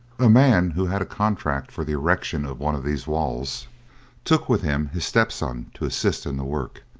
a man who had a contract for the erection of one of these walls took with him his stepson to assist in the work.